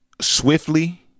swiftly